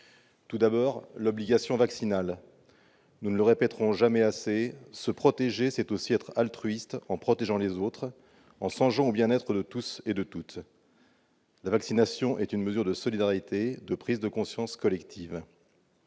tout d'abord l'obligation vaccinale, nous ne le répéterons jamais assez : se protéger, c'est aussi être altruiste en protégeant les autres, en songeant au bien-être de tous et de toutes. La vaccination relève de la solidarité, d'une prise de conscience collective.